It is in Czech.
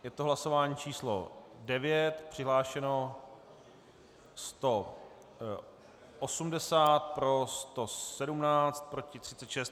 Je to hlasování číslo 9, přihlášeno 180, pro 117, proti 36.